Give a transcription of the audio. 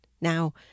Now